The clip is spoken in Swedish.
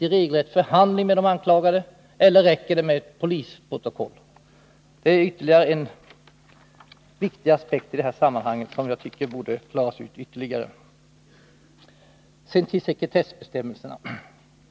en regelrätt förhandling med de anklagade eller räcker det med ett polisprotokoll? Det är ännu en viktig aspekt i det här sammanhanget som jag tycker borde klaras ut ytterligare. Så till sekretessbestämmelserna.